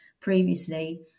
previously